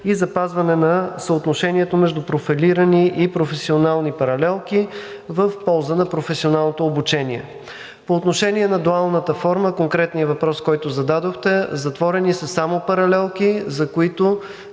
и запазване на съотношението между профилирани и професионални паралелки в полза на професионалното обучение. По отношение на дуалната форма, конкретния въпрос, който зададохте – затворени са само паралелки, за които